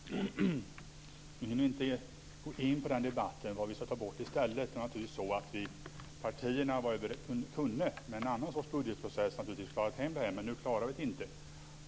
Fru talman! Vi hinner inte gå in på debatten om vad vi skall ta bort i stället. Med en annan sorts budgetprocess hade partierna naturligtvis klarat detta, men nu klarar vi det inte.